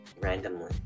randomly